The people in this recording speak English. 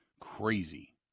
crazy